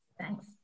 Thanks